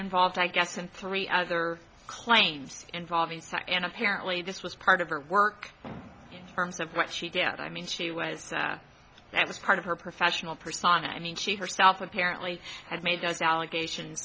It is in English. involved i guess and three other claims involving and apparently this was part of her work in terms of what she did i mean she was that was part of her professional personified i mean she herself apparently had made those allegation